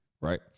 Right